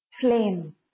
flame